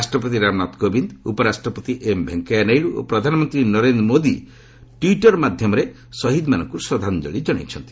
ରାଷ୍ଟ୍ରପତି ରାମନାଥ କୋବିନ୍ଦ୍ ଉପରାଷ୍ଟ୍ରପତି ଏମ୍ ଭେଙ୍କିୟା ନାଇଡୁ ଓ ପ୍ରଧାନମନ୍ତ୍ରୀ ନରେନ୍ଦ୍ର ମୋଦି ଟ୍ୱିଟର୍ ମାଧ୍ୟମରେ ଶହୀଦ୍ମାନଙ୍କୁ ଶ୍ରଦ୍ଧାଞ୍ଜଳି ଜଣାଇଛନ୍ତି